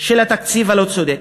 של התקציב הלא-צודק: